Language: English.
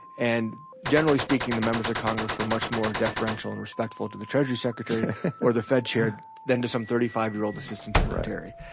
and generally speaking the members of congress were much more deferential and respectful to the treasury secretary or the fed chair than to some thirty five year old assistant secretary.